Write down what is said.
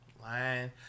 Lying